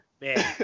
man